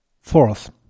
Fourth